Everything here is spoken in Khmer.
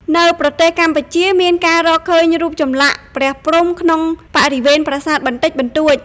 នៅប្រទេសកម្ពុជា មានការរកឃើញរូបចម្លាក់ព្រះព្រហ្មក្នុងបរិវេណប្រាសាទបន្តិចបន្តួច។